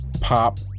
Pop